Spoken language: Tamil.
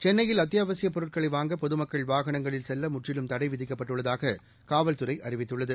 சென்னையில் அத்தியாவசியப் பொருட்களை அதியாவசியப் வாங்க பொதுமக்கள் வாகனங்களில் செல்ல முற்றிலும் தடை விதிக்கப்பட்டுள்ளதாக போக்குவரத்து காவல்துறை அறிவித்துள்ளது